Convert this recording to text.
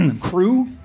Crew